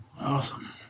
Awesome